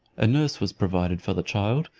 a nurse was provided for the child,